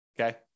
Okay